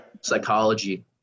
psychology